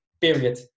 period